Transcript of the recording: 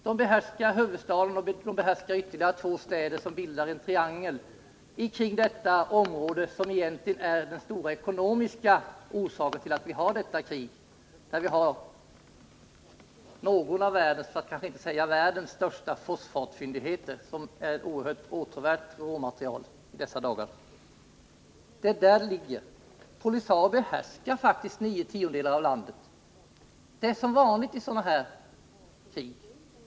Det behärskar huvudstaden och ytterligare två städer som bildar en triangel kring detta område, som egentligen är den stora ekonomiska orsaken till att vi har detta krig. Där finns en av världens största — för att inte säga världens största — fosfatfyndigheter som är oerhört åtråvärt råmaterial i dessa dagar. POLISARIO behärskar faktiskt nio tiondelar av landet. Det är som vanligt i sådana här krig.